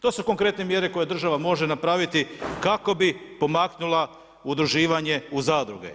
To su konkretne mjere koje država može napraviti kako bi pomaknula udruživanje u zadruge.